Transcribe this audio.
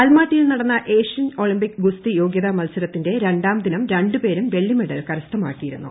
അൽമാട്ടിയിൽ നടന്ന Asian Olympic ഗുസ്തി യോഗൃതാ മത്സരത്തിന്റെ രണ്ടാം ദിനം രണ്ടുപേരും വെള്ളിമെഡൽ കരസ്ഥമാക്കിയിരുന്നു